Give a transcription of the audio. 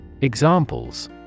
Examples